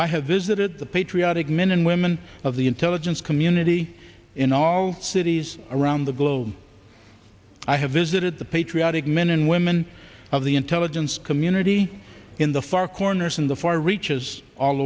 i have visited the patriotic men and women of the intelligence community in all cities around the globe i have visited the patriotic men and women of the intelligence community in the far corners and the far reaches all